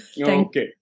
Okay